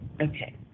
Okay